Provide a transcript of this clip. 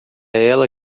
ela